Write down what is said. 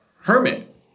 hermit